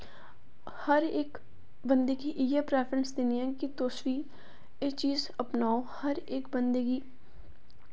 हर इक्क बंदे गी इयै प्रैफ्रेंस दिन्नी आं कि तुस बी इस चीज़ गी अपनाओ हर इक्क बंदे गी